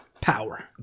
Power